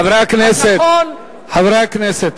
חברי הכנסת, חברי הכנסת.